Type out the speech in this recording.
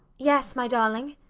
yes, my darling.